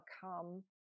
come